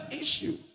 issue